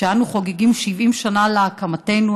כשאנו חוגגים 70 שנים להקמתנו,